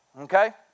okay